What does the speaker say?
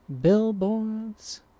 billboards